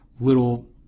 little